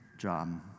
Job